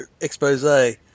expose